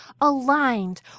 aligned